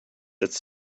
its